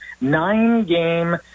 nine-game